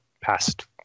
past